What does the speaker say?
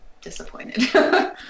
disappointed